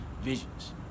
visions